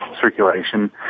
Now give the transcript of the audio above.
circulation